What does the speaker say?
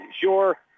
Sure